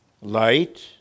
light